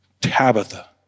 Tabitha